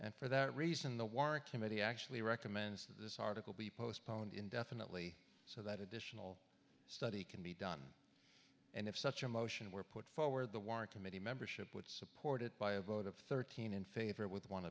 and for that reason the warrant committee actually recommends that this article be postponed indefinitely so that additional study can be done and if such a motion were put forward the warrant committee membership would support it by a vote of thirteen in favor with one